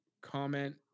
comment